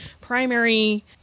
primary